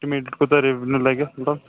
estimate کوٗتاہ revenue لَگہِ اَتھ کوٗتاہ